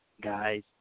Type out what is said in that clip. guys